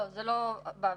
לא, זה לא באוויר.